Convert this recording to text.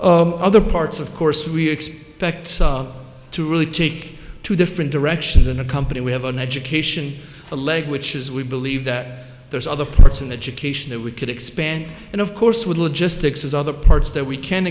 place other parts of course we expect to really take two different directions in a company we have an education a leg which is we believe that there's other parts of education that we could expand and of course would logistics as other parts that we can